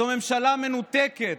זאת ממשלה מנותקת".